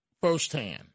firsthand